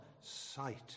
sight